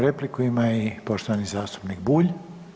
Repliku ima poštovani zastupnik Bulj.